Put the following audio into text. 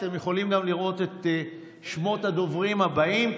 אתם יכולים גם לראות את שמות הדוברים הבאים,